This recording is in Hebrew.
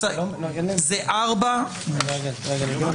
זה בעמוד